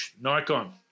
Nikon